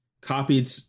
copied